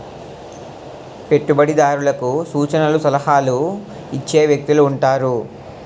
పెట్టుబడిదారులకు సూచనలు సలహాలు ఇచ్చే వ్యక్తులు ఉంటారు